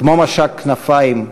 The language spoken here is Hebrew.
כמו משק כנפיים,